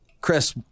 Chris